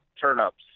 turnips